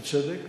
בצדק.